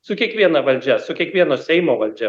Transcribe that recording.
su kiekviena valdžia su kiekvieno seimo valdžia